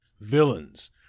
villains